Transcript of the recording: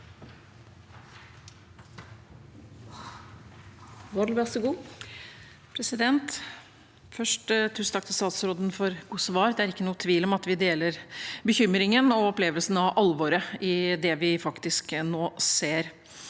Først: Tusen takk til statsråden for gode svar – det er ikke noen tvil om at vi deler bekymringen for og opplevelsen av alvor i det vi faktisk nå ser.